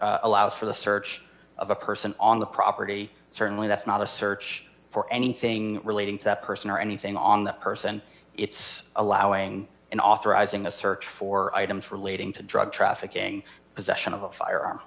allows for the search of a person on the property certainly that's not a search for anything relating to the person or anything on the person it's allowing in authorizing a search for items relating to drug trafficking possession of a firearm